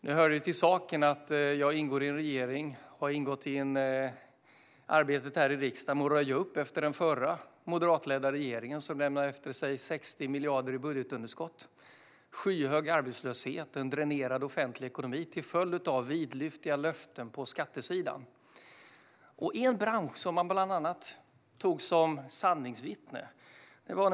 Nu hör det till saken att jag ingår i en regering, och jag har deltagit i arbetet här i riksdagen för att röja upp efter den förra moderatledda regeringen som lämnade efter sig 60 miljarder i budgetskott, skyhög arbetslöshet och en dränerad offentlig ekonomi till följd av vidlyftiga löften på skattesidan. Man tog bland annat en bransch som sanningsvittne.